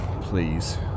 Please